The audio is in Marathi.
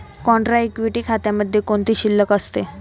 कॉन्ट्रा इक्विटी खात्यामध्ये कोणती शिल्लक असते?